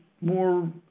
more